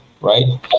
right